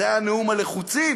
זה היה נאום הלחוצים.